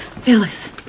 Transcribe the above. Phyllis